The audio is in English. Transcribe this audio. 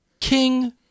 King